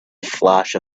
flash